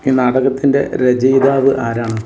ഈ നാടകത്തിൻ്റെ രചയിതാവ് ആരാണ്